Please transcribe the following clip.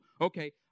Okay